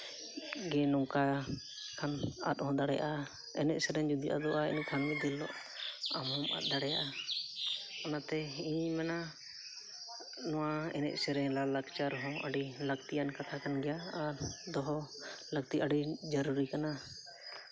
ᱜᱮ ᱱᱚᱝᱠᱟ ᱟᱫ ᱦᱚᱸ ᱫᱟᱲᱮᱭᱟᱜᱼᱟ ᱮᱱᱮᱡ ᱥᱮᱨᱮᱧ ᱡᱩᱫᱤ ᱟᱫᱚᱜᱼᱟ ᱤᱱᱟᱹ ᱠᱷᱟᱱ ᱢᱤᱫ ᱫᱤᱱ ᱦᱤᱞᱳᱜ ᱟᱢ ᱦᱚᱸᱢ ᱟᱫ ᱫᱟᱲᱮᱭᱟᱜᱼᱟ ᱚᱱᱟᱛᱮ ᱤᱧ ᱦᱚᱸᱧ ᱢᱮᱱᱟ ᱱᱚᱣᱟ ᱮᱱᱮᱡ ᱥᱮᱨᱮᱧ ᱞᱟᱭᱼᱞᱟᱠᱪᱟᱨ ᱦᱚᱸ ᱟᱹᱰᱤ ᱞᱟᱹᱠᱛᱤᱭᱟᱱ ᱠᱟᱛᱷᱟ ᱠᱟᱱ ᱜᱮᱭᱟ ᱟᱨ ᱫᱚᱦᱚ ᱞᱟᱹᱠᱛᱤ ᱟᱹᱰᱤ ᱡᱟᱹᱨᱩᱨᱤ ᱠᱟᱱᱟ